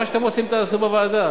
מה שאתם רוצים, תעשו בוועדה.